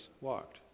walked